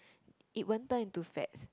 it won't turn into fat